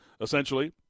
essentially